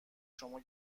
شما